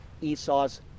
Esau's